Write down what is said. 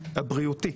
הבריאותי.